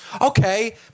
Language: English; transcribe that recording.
Okay